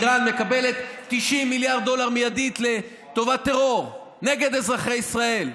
איראן מקבלת 90 מיליארד דולר מיידית לטובת טרור נגד אזרחי ישראל,